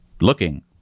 looking